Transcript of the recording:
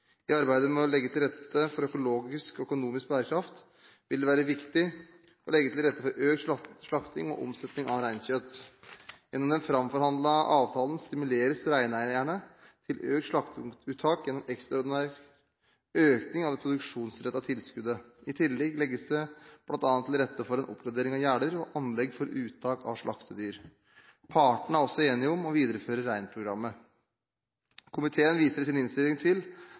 I arbeidet med å legge til rette for økologisk og økonomisk bærekraft vil det være viktig å legge til rette for økt slakting og omsetning av reinkjøtt. Gjennom den framforhandlede avtalen stimuleres reineierne til økt slakteuttak gjennom ekstraordinær økning av det produksjonsrettede tilskuddet. I tillegg legges det bl.a. til rette for en oppgradering av gjerder og anlegg for uttak av slaktedyr. Partene er også enige om å videreføre Reinprogrammet. Komiteen viser i sin innstilling til